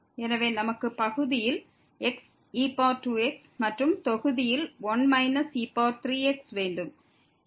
எனவே நமக்கு பகுதியில் xe2x மற்றும் தொகுதியில் 1 e3x வேண்டும்